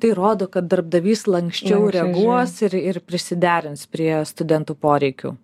tai rodo kad darbdavys lanksčiau reaguos ir ir prisiderins prie studentų poreikių